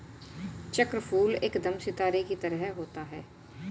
चक्रफूल एकदम सितारे की तरह होता है